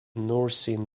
nursing